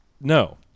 No